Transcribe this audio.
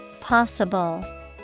Possible